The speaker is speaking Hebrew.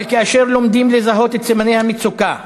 אבל כאשר לומדים לזהות את סימני המצוקה,